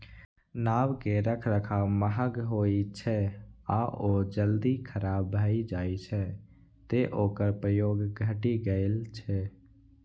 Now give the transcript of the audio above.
नाव के रखरखाव महग होइ छै आ ओ जल्दी खराब भए जाइ छै, तें ओकर प्रयोग घटि गेल छै